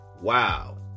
Wow